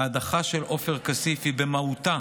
ההדחה של עופר כסיף היא במהותה